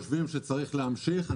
צריך להמשיך,